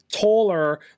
taller